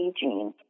gene